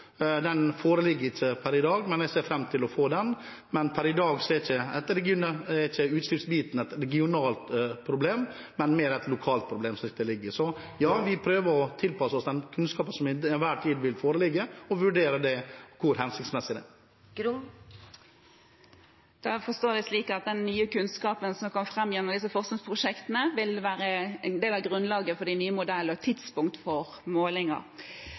Den foreligger ikke per i dag, men jeg ser fram til å få den. Men per i dag er ikke utslippsbiten et regionalt problem, men mer et lokalt problem. Så ja, vi prøver å tilpasse oss den kunnskapen som til enhver tid foreligger, og vurderer hvor hensiktsmessig den er. Da forstår jeg det slik at den nye kunnskapen som kom fram gjennom disse forskningsprosjektene, vil være en del av grunnlaget for de nye modellene og tidspunkt for målinger.